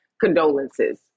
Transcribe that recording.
condolences